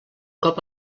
cop